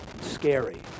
scary